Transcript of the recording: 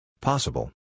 Possible